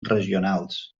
regionals